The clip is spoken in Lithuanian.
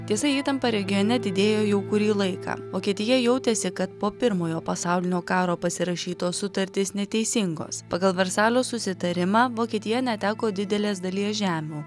tiesa įtampa regione didėjo jau kurį laiką vokietija jautėsi kad po pirmojo pasaulinio karo pasirašytos sutartys neteisingos pagal versalio susitarimą vokietija neteko didelės dalies žemių